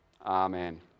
Amen